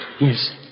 Yes